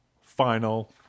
final